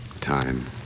Time